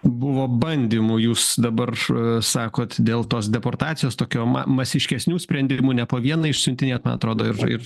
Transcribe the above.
buvo bandymų jūs dabar sakot dėl tos deportacijos tokio ma masiškesnių sprendimų ne po vieną išsiuntinėt man atrodo ir